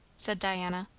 said diana,